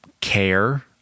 care